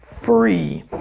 Free